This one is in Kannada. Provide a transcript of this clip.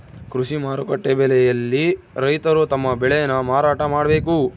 ಕೃಷಿ ಮಾರುಕಟ್ಟೆ ಬೆಲೆಗೆ ಯೆಲ್ಲ ರೈತರು ತಮ್ಮ ಬೆಳೆ ನ ಮಾರಾಟ ಮಾಡ್ಬೇಕು